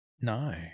No